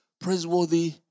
praiseworthy